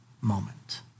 moment